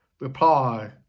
reply